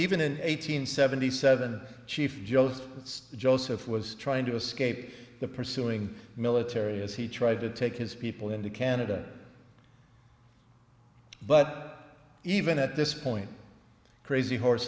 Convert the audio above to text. even an eight hundred seventy seven chief joseph joseph was trying to escape the pursuing military as he tried to take his people into canada but even at this point crazy